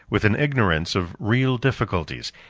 with an ignorance of real difficulties,